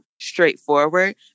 straightforward